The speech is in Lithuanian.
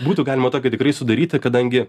būtų galima tokią tikrai sudaryta kadangi